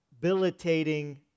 debilitating